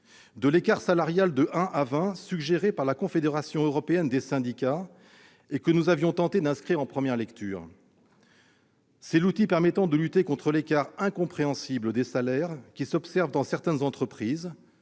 ou l'écart salarial d'un à vingt, suggéré par la confédération européenne des syndicats et que nous avions tenté d'inscrire en première lecture. C'est l'outil permettant de lutter contre l'écart incompréhensible des salaires que l'on observe dans certaines entreprises,